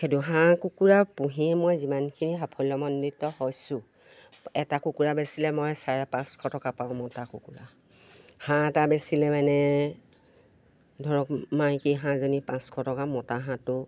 সেইটো হাঁহ কুকুৰা পুহিয়ে মই যিমানখিনি সাফল্যমণ্ডিত হৈছোঁ এটা কুকুৰা বেচিলে মই চাৰে পাঁচশ টকা পাওঁ মতা কুকুৰা হাঁহ এটা বেচিলে মানে ধৰক মাইকী হাঁহজনী পাঁচশ টকা মতা হাঁহটো